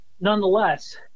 nonetheless